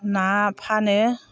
ना फानो